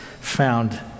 found